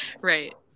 right